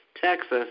Texas